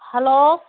hello